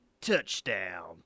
touchdown